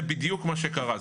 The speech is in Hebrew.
זה בדיוק מה שקרה.